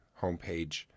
homepage